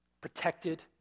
protected